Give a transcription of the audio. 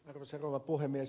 arvoisa rouva puhemies